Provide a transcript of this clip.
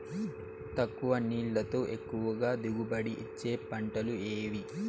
తక్కువ నీళ్లతో ఎక్కువగా దిగుబడి ఇచ్చే పంటలు ఏవి?